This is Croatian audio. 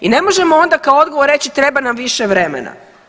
I ne možemo onda kao odgovor reći treba nam više vremena.